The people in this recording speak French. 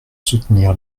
soutenir